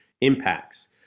impacts